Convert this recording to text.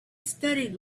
studied